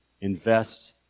invest